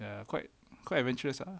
ya quite quite adventurous lah